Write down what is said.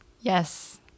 Yes